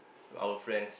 our friends